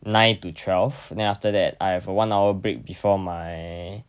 nine to twelve then after that I have a one hour break before my